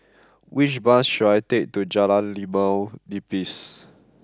which bus should I take to Jalan Limau Nipis